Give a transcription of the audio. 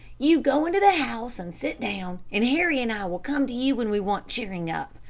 you go into the house and sit down, and harry and i will come to you when we want cheering up.